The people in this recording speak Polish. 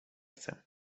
chcę